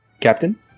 Captain